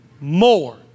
more